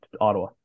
Ottawa